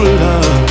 love